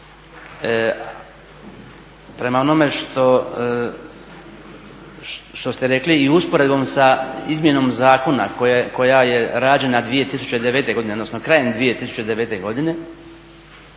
Prema onome što ste rekli i usporedbom sa izmjenom zakona koja je rađena 2009. godine, odnosno krajem 2009. i